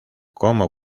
como